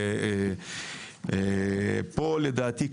לדעתי,